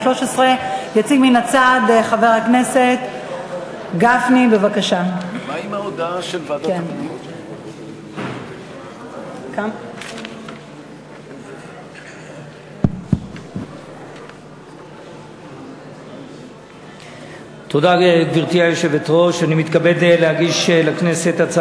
2013. אנחנו עוברים כרגע להצעה טרומית,